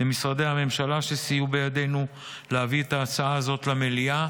ולמשרדי הממשלה שסייעו בידינו להביא את ההצעה הזאת למליאה.